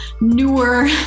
newer